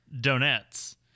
donuts